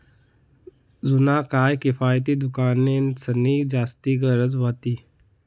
जुना काय म्हा किफायती दुकानेंसनी जास्ती गरज व्हती